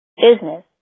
business